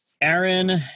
Aaron